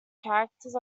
characters